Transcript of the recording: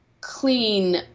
clean